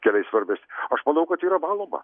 keliai svarbes aš manau kad yra valoma